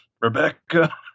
Rebecca